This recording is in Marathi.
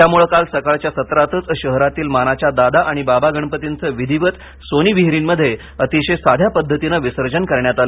त्यामुळे काल सकाळच्या सत्रातच शहरातील मानाच्या दादा आणि बाबा गणपतींचे विधीवत सोनी विहीरींमध्ये अतिशय साध्या पद्धतीने विसर्जन करण्यात आले